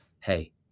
hey